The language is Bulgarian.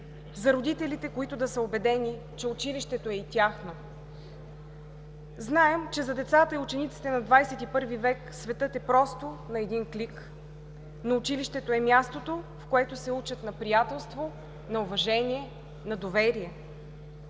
за родителите, които да са убедени, че училището е и тяхно. Знаем, че за децата и учениците на XXI век светът е просто на един клик, но училището е мястото, в което се учат на приятелство, на уважение, на доверие.